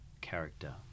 character